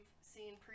seen